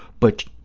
but